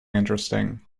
interesting